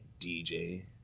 DJ